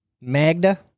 Magda